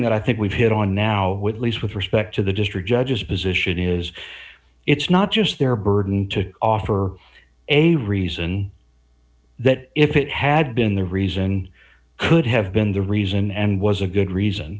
that i think we've hit on now with least with respect to the district judges position is it's not just their burden to offer a reason that if it had been the reason could have been the reason and was a good reason